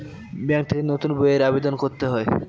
bank থেকে নতুন বইয়ের আবেদন করতে হয়